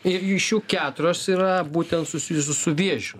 ir iš jų keturios yra būtent susijusios su vėžiu